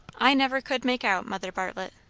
i never could make out, mother bartlett.